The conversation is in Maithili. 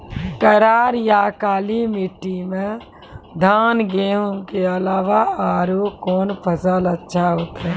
करार या काली माटी म धान, गेहूँ के अलावा औरो कोन फसल अचछा होतै?